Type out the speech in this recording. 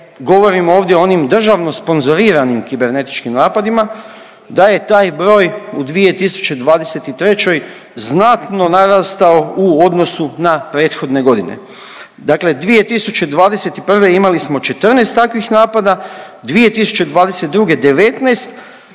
govorimo ovdje o onim državno sponzoriranim kibernetičkim napadima, da je taj broj u 2023. znatno narastao u odnosu na prethodne godine, dakle 2021. imali smo 14 takvih napada, 2022. 19,